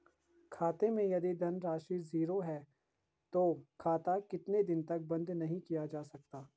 खाते मैं यदि धन राशि ज़ीरो है तो खाता कितने दिन तक बंद नहीं किया जा सकता?